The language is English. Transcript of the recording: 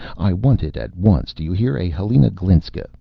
i want it at once, do you hear? a helena glinska,